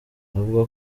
avuga